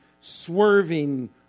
swerving